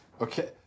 Okay